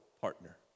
partner